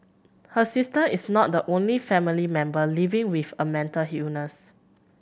her sister is not the only family member living with a mental illness